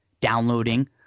downloading